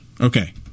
Okay